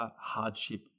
hardship